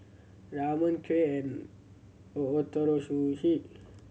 Ramen Kheer and Ootoro Sushi